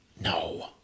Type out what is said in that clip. No